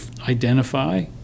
identify